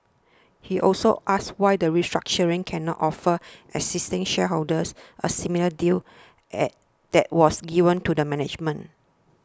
he also asked why the restructuring cannot offer existing shareholders a similar deal that was given to the management